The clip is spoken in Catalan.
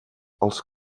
als